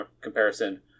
comparison